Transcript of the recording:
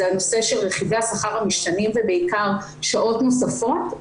זה הנושא של רכיבי השכר המשתנים ובעיקר שעות נוספות.